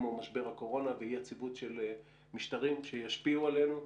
כמו משבר הקורונה ואי יציבות של משטרים שישפיעו עלינו.